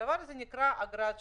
הדבר הזה נקרא "אגרת שמירה",